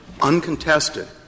uncontested